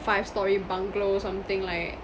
five storey bungalow something like